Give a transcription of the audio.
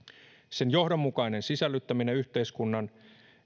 sen johdonmukainen sisällyttäminen yhteiskunnan